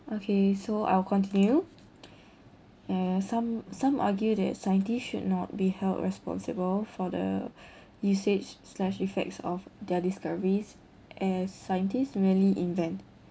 okay so I'll continue uh some some argue that scientists should not be held responsible for the usage slash effects of their discoveries as scientists merely invent